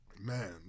man